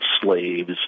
slaves